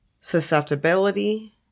Susceptibility